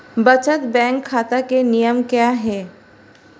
बचत बैंक खाता के नियम क्या हैं?